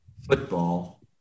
football